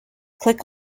click